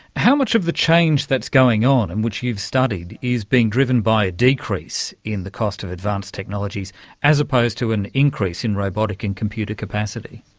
how much of the change that's going on and which you've studied is being driven by a decrease in the cost of advanced technologies as opposed to an increase in robotic and computer capacity?